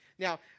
Now